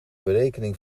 berekening